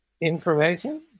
information